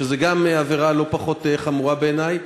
שזו גם עבירה לא פחות חמורה בעיני.